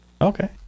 okay